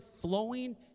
flowing